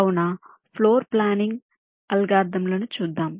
కావున floor planning అల్గోరిథంలను చూద్దాం